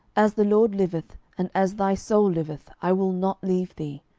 as the lord liveth, and as thy soul liveth, i will not leave thee.